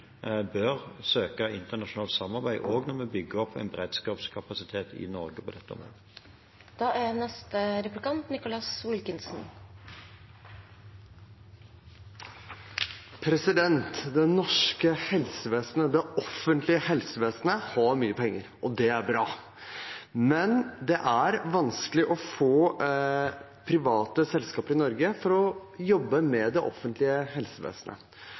bør søke internasjonalt samarbeid også når vi bygger opp en beredskapskapasitet i Norge på dette området. Det norske helsevesenet, det offentlige helsevesenet, har mye penger, og det er bra. Men det er vanskelig å få private selskaper i Norge til å jobbe med det offentlige helsevesenet.